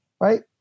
right